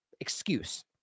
excuse